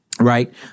Right